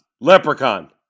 Leprechaun